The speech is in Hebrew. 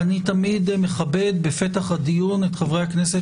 אני תמיד מכבד בפתח הדיון את חברי הכנסת